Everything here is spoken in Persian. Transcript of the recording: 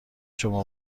شما